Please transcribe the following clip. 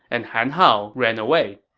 and han hao ran away